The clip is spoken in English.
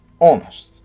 honest